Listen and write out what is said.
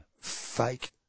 Fake